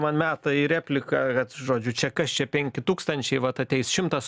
man meta ir repliką kad žodžiu čia kas čia penki tūkstančiai vat ateis šimtas